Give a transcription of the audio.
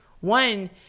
One